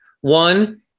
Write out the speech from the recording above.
one